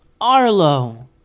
Arlo